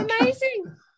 Amazing